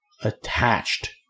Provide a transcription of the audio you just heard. attached